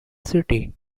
city